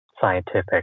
scientific